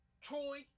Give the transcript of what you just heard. Troy